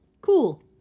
cool